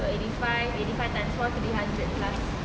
so eight five eight five times four three hundred plus